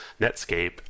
netscape